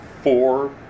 four